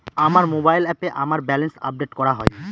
আমার মোবাইল অ্যাপে আমার ব্যালেন্স আপডেট করা হয়নি